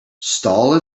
stall